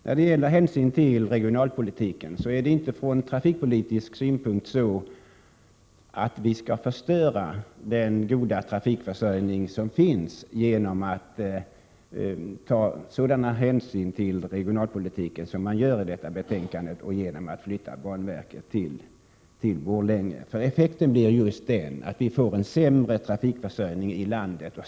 När det gäller att ta regionalpolitiska hänsyn i trafikpolitiken skall vi inte förstöra den goda trafikförsörjning vi har genom att ta sådana hänsyn och flytta banverket till Borlänge såsom föreslås i detta betänkande. Effekten av detta blir just att vi får en sämre trafikförsörjning i landet.